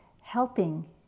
helping